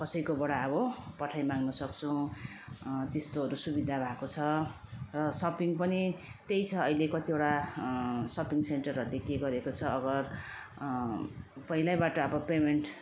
कसैकोबाट अब पठाइ माग्न सक्छौँ त्यस्तोहरू सुविधा भएको छ र सपिङ पनि त्यही छ अहिले कतिवटा सपिङ सेन्टरहरूले के गरेको छ अगर पहिल्यैबाट अब पेमेन्ट